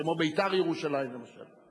כמו "בית"ר ירושלים" למשל.